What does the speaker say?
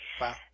Wow